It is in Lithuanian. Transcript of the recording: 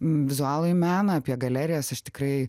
vizualųjį meną apie galerijas aš tikrai